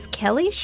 Kelly